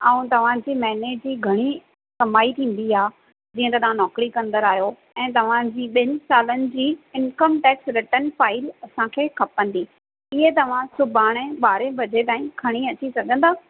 ऐं तव्हांजी महीने जी घणी कमाई थींदी आहे जीअं त तव्हां नौकिरी कंदड़ आहियो ऐं तव्हांजी ॿिन सालनि जी इनकम टेक्स रिटन फाइल असांखे खपंदी इहो तव्हां सुभाणे ॿारहें बजे ताईं खणी अची सघंदा